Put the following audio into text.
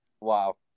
Wow